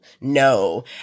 no